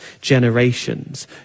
generations